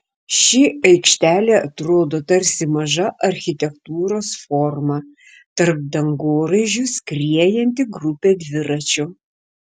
ši aikštelė atrodo tarsi maža architektūros forma tarp dangoraižių skriejanti grupė dviračių